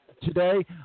today